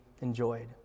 enjoyed